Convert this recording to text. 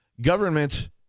Government